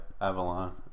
Avalon